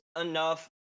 enough